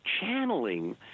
channeling